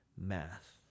math